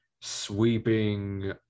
sweeping